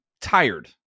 tired